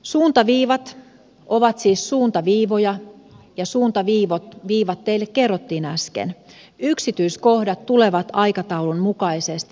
suuntaviivat ovat siis suuntaviivoja ja suuntaviivat teille kerrottiin äsken yksityiskohdat tulevat aikataulun mukaisesti